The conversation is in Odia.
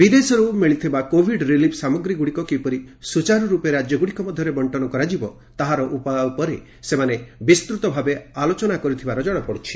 ବିଦେଶୀରୁ ମିଳିଥିବା କୋଭିଡ ରିଲିଫ ସାମଗ୍ରୀଗୁଡ଼ିକ କିପରି ସ୍ୱଚାରୁରୂପେ ରାଜ୍ୟଗୁଡ଼ିକ ମଧ୍ୟରେ ବଣ୍ଟନ କରାଯିବ ତାହାର ଉପାୟ ଉପରେ ସେମାନେ ଆଲୋଚନା କରିଥିବାର ଜଣାପଡିଚ୍ଛି